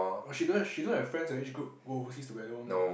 oh she don't have she don't have friends her age group go overseas together one meh